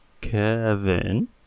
Kevin